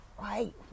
right